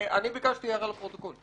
אני ביקשתי הערה לפרוטוקול.